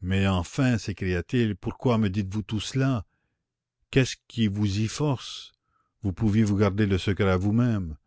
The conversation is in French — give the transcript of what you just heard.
mais enfin s'écria-t-il pourquoi me dites-vous tout cela qu'est-ce qui vous y force vous pouviez vous garder le secret à vous-même